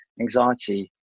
anxiety